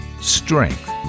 Strength